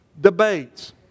debates